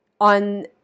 on